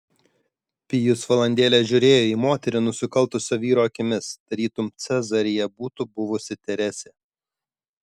pijus valandėlę žiūrėjo į moterį nusikaltusio vyro akimis tarytum cezarija būtų buvusi teresė